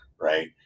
right